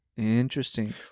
Interesting